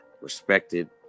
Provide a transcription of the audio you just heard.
respected